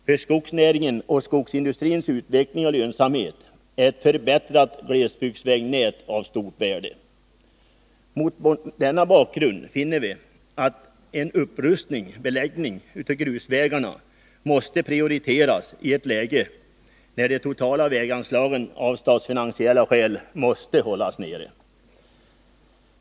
För skogsnäringens och skogsindustrins utveckling och lönsamhet är ett förbättrat glesbygdsvägnät av stort värde. Mot denna bakgrund finner vi att en upprustning/beläggning av grusvägarna måste prioriteras i ett läge när de totala väganslagen av statsfinansiella skäl måste hållas nere.